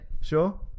Sure